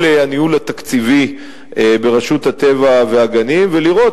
הניהול התקציבי ברשות הטבע והגנים ולראות,